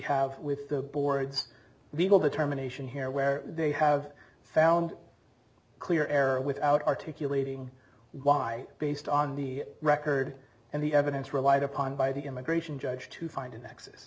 have with the board's legal determination here where they have found clear error without articulating why based on the record and the evidence relied upon by the immigration judge to find